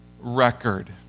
record